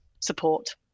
support